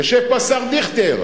יושב פה השר דיכטר.